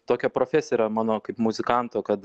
tokia profesija yra mano kaip muzikanto kad